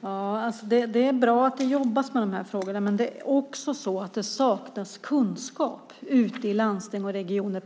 Fru talman! Det är bra att det jobbas med de här frågorna. Det saknas praktisk kunskap ute i landsting och regioner